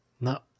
No